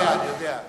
אני יודע, אני יודע.